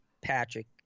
Patrick